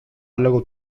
άλογο